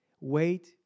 Wait